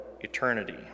eternity